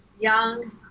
young